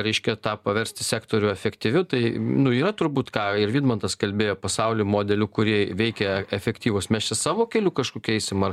reiškia tą paversti sektorių efektyviu tai nu yra turbūt ką ir vidmantas kalbėjo pasauly modelių kurie veikia efektyvūs mes čia savo keliu kažkokiu eisim ar